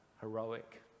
heroic